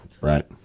Right